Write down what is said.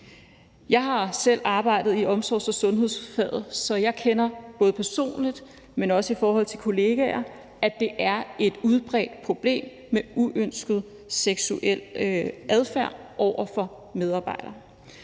Jeg har selv arbejdet i omsorgs- og sundhedsfaget, så jeg kender både personligt, men også i forhold til kollegaer, til, at det er et udbredt problem med uønsket seksuel adfærd over for medarbejdere.